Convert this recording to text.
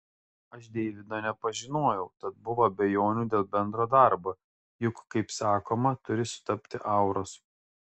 aš deivido nepažinojau tad buvo abejonių dėl bendro darbo juk kaip sakoma turi sutapti auros